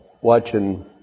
watching